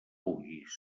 puguis